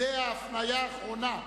זו ההפניה האחרונה,